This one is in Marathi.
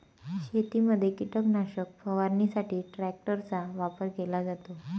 शेतीमध्ये कीटकनाशक फवारणीसाठी ट्रॅक्टरचा वापर केला जातो